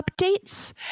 updates